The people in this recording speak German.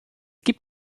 gibt